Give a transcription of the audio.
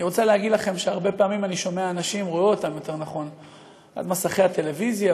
אני רוצה להגיד לכם שהרבה פעמים אני רואה אנשים על מסכי הטלוויזיה,